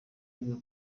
yageze